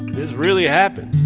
this really happened.